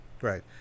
Right